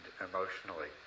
emotionally